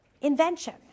invention